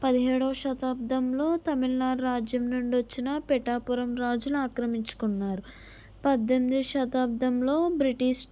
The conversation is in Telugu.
పదిహేడవ శతాబ్దంలో తమిళనాడు రాజ్యం నుండొచ్చిన పిఠాపురం రాజులు ఆక్రమించుకున్నారు పద్దేన్మిది శతాబ్దంలో బ్రిటిష్